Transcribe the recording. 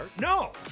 No